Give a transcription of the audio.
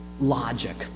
logic